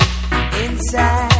inside